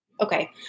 Okay